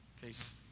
case